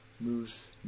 moves